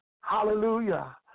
Hallelujah